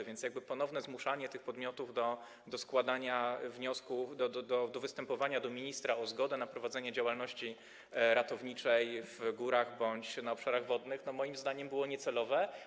A więc ponowne zmuszanie tych podmiotów do składania wniosków, do występowania do ministra o zgodę na prowadzenie działalności ratowniczej w górach bądź na obszarach wodnych moim zdaniem było niecelowe.